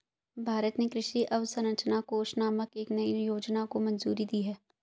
भारत ने कृषि अवसंरचना कोष नामक एक नयी योजना को मंजूरी दी है